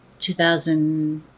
2000